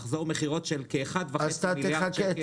מחזור מכירות של כ-1.5 מיליארד שקל.